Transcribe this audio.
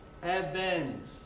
heavens